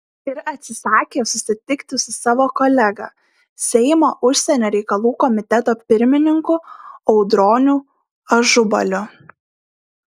ir atsisakė susitikti su savo kolega seimo užsienio reikalų komiteto pirmininku audroniu ažubaliu